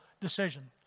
decision